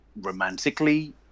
romantically